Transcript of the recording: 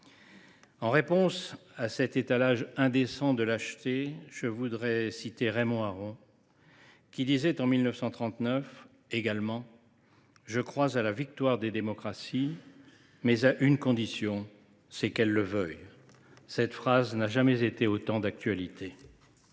En réponse à cet étalage indécent de lâcheté, je voudrais citer Raymond Aron, qui disait, en 1939 également :« Je crois à la victoire des démocraties, mais à une condition, c’est qu’elles le veuillent. » Cette phrase n’a jamais été autant d’actualité.